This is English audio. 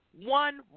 one